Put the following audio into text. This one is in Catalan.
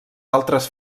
altres